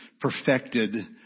perfected